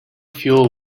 fuel